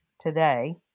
today